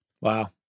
Wow